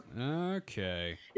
Okay